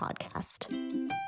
podcast